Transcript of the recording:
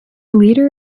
leader